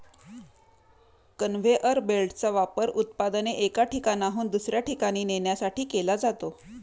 conveyor बेल्टचा वापर उत्पादने एका ठिकाणाहून दुसऱ्या ठिकाणी नेण्यासाठी केला जातो